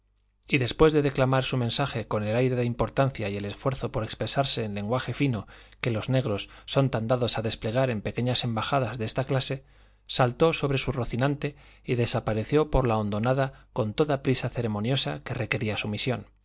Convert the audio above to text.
y después de declamar su mensaje con el aire de importancia y el esfuerzo por expresarse en lenguaje fino que los negros son tan dados a desplegar en pequeñas embajadas de esta clase saltó sobre su rocinante y desapareció por la hondonada con toda la prisa ceremoniosa que requería su misión